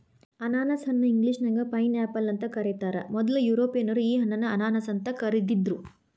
ಅನಾನಸ ಹಣ್ಣ ಇಂಗ್ಲೇಷನ್ಯಾಗ ಪೈನ್ಆಪಲ್ ಅಂತ ಕರೇತಾರ, ಮೊದ್ಲ ಯುರೋಪಿಯನ್ನರ ಈ ಹಣ್ಣನ್ನ ಅನಾನಸ್ ಅಂತ ಕರಿದಿದ್ರು